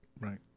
right